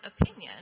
opinion